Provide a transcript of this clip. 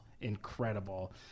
incredible